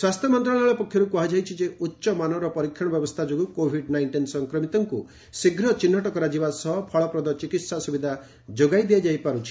ସ୍ୱାସ୍ଥ୍ୟ ମନ୍ତ୍ରଣାଳୟ ପକ୍ଷରୁ କୁହାଯାଇଛି ଯେ ଉଚ୍ଚମାନର ଟେଷ୍ଟିଂ ବ୍ୟବସ୍ଥା ଯୋଗୁଁ କୋଭିଡ ନାଇଷ୍ଟିନ୍ ସଂକ୍ରମିତଙ୍କୁ ଶୀଘ୍ର ଚିହ୍ନଟ କରାଯିବା ସହ ଫଳପ୍ରଦ ଚିକିତ୍ସା ସୁବିଧା ଯୋଗାଇ ଦିଆଯାଇ ପାରୁଛି